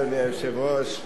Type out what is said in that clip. אדוני היושב-ראש,